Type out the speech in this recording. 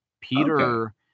Peter